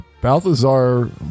Balthazar